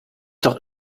doch